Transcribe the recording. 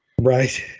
Right